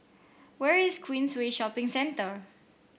where is Queensway Shopping Centre